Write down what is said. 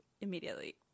immediately